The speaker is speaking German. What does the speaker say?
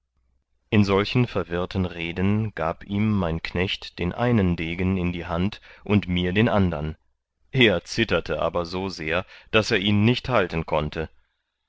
in solchen verwirrten reden gab ihm mein knecht den einen degen in die hand und mir den andern er zitterte aber so sehr daß er ihn nicht halten konnte